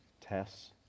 tests